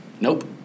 Nope